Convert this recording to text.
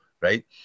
right